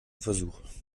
versuch